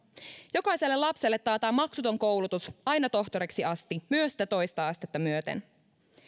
jokaiselle lapselle taataan maksuton koulutus aina tohtoriksi asti myös sitä toista astetta myöten